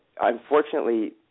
unfortunately